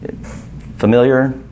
Familiar